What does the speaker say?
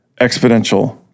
exponential